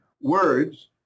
words